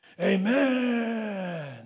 Amen